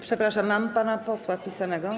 Przepraszam, mam pana posła wpisanego.